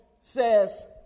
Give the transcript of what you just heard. says